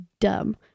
dumb